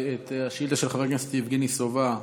השאילתה של חבר הכנסת יבגני סובה,